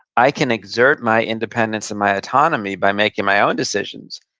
i can exert my independence and my autonomy by making my own decisions,